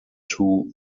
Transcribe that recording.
two